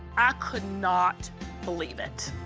i could not believe it.